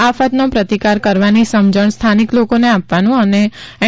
આફતનો પ્રતિકાર કરવાની સમજણ સ્થાનિક લોકોને આપવાનુ એન